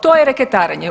To je reketarenje.